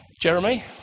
Jeremy